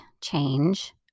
change